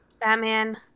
Batman